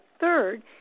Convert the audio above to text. third